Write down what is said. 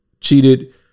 cheated